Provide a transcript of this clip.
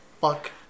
Fuck